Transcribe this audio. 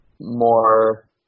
more